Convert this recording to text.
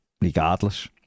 regardless